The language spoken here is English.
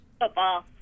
Football